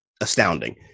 astounding